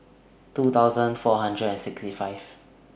two thousand four hundred and sixty five